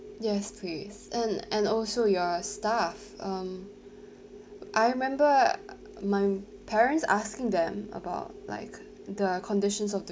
yes please and and also your staff um I remember my parents asking them about like the conditions of the